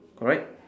correct